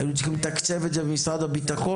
היו צריכים לתקצב את זה ממשרד הביטחון.